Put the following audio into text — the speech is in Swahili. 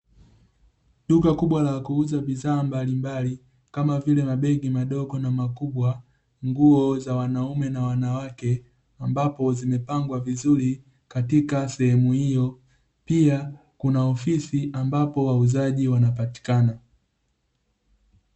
Duka kubwa la kuuza bidhaa mbalimbali kama vile mabegi madogo na makubwa, nguo za wanaume na wanawake ambapo zimepangwa vizuri katika sehemu hiyo. Pia, kuna ofisi ambapo wauzaji wanapatikana.